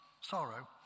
Sorrow